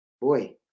boy